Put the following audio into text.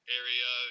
area